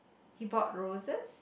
he bought roses